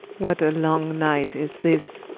what a long night is this?